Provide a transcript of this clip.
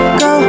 go